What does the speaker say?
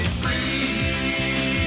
free